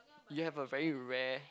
you have a very rare